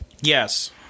Yes